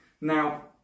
Now